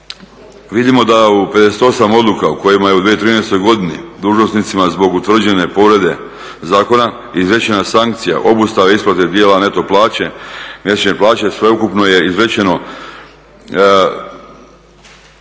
Vidimo da u 58 odluka u kojima je 2013.godini dužnosnicima zbog utvrđene povrede zakona izrečena sankcija obustava isplate dijela neto plaće, … sveukupno je izrečeno 58